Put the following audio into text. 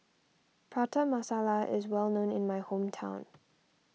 Prata Masala is well known in my hometown